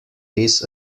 his